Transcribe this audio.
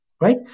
right